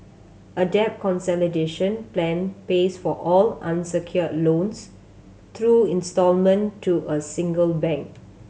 a debt consolidation plan pays for all unsecured loans through instalment to a single bank